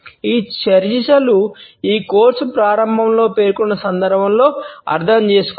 ఈ చర్చలు ఈ కోర్సు ప్రారంభంలో పేర్కొన్న సందర్భంలో అర్థం చేసుకోవాలి